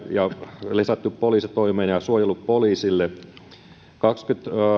ja lisätty poliisitoimeen ja ja suojelupoliisille